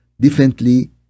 differently